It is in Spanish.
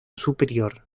superior